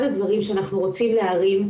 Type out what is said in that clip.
אחד הדברים שאנחנו רוצים להרים,